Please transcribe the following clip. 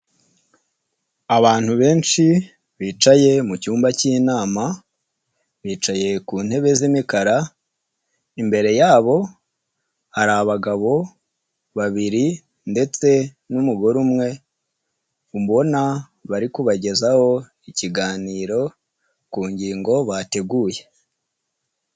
Abantu benshi bicaye mu cyumba cy'inama bicaye ku ntebe z'imikara, imbere yabo hari abagabo babiri ndetse n'umugore umwe mbona bari kubagezaho ikiganiro ku ngingo bateguye.